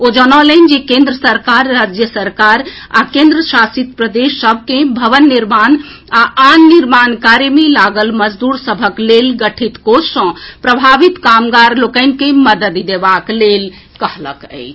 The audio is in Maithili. ओ जनौलनि जे केन्द्र सरकार राज्य सरकार आ केन्द्र शासित प्रदेश सभ के भवन निर्माण आ आन निर्माण कार्य मे लागल मजदूर सभक लेल गठित कोष सॅ प्रभावित कामगार लोकनि के मददि देबाक लेल कहलक अछि